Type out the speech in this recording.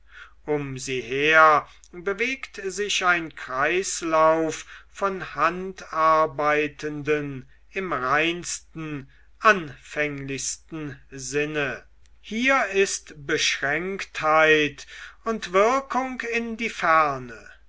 um sie her bewegt sich ein kreislauf von handarbeitenden im reinsten anfänglichsten sinne hier ist beschränktheit und wirkung in die ferne